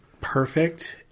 perfect